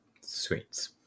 Sweets